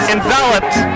enveloped